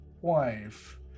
wife